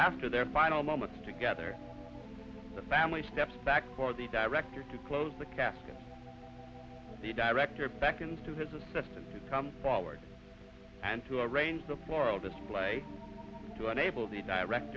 after their final moments together the family steps back for the director to close the casket the director of seconds to his assistant to come forward and to arrange the floral display to enable the direct